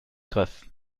griff